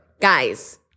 guys